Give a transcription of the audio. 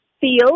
feel